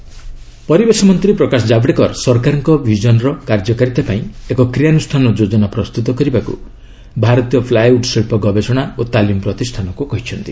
ଜାବଡେକର ଇପର୍ତି ପରିବେଶ ମନ୍ତ୍ରୀ ପ୍ରକାଶ ଜାବଡେକର ସରକାରଙ୍କ ବିଜନର କାର୍ଯ୍ୟକାରିତା ପାଇଁ ଏକ କ୍ରିୟାନୁଷ୍ଠାନ ଯୋଜନା ପ୍ରସ୍ତୁତ କରିବାକୁ ଭାରତୀୟ ପ୍ଲାଏଉଡ୍ ଶିଳ୍ପ ଗବେଷଣା ଓ ତାଲିମ୍ ପ୍ରତିଷ୍ଠାନକୁ କହିଛନ୍ତି